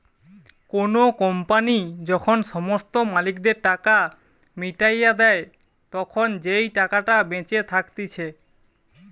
কোনো কোম্পানি যখন সমস্ত মালিকদের টাকা মিটাইয়া দেই, তখন যেই টাকাটা বেঁচে থাকতিছে